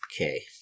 okay